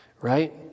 right